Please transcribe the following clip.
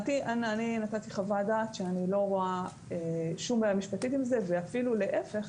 אני נתתי חוות דעת שאני לא רואה שום בעיה משפטית עם זה ואפילו להיפך,